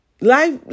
life